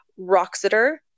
Roxeter